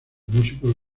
músicos